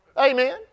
Amen